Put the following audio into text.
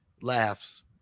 laughs